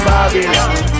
Babylon